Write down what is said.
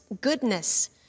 goodness